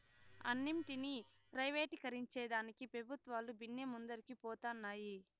అన్నింటినీ ప్రైవేటీకరించేదానికి పెబుత్వాలు బిన్నే ముందరికి పోతన్నాయి